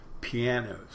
pianos